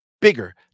bigger